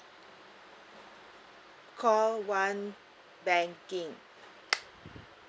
call one banking